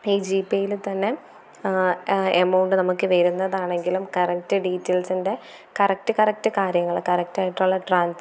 ഈ ജീപ്പേയിൽ തന്നെ എമൗണ്ട് നമ്മൾക്ക് വരുന്നതാണെങ്കിലും കറക്റ്റ് ഡീറ്റെയ്ൽസിൻ്റെ കറക്റ്റ് കറക്റ്റ് കാര്യങ്ങൾ കറക്റ്റായിട്ടുള്ള ട്രാൻസ്മി